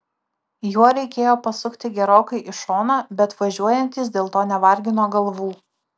juo reikėjo pasukti gerokai į šoną bet važiuojantys dėl to nevargino galvų